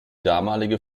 damalige